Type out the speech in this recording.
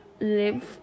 live